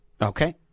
Okay